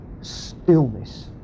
Stillness